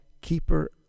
keeper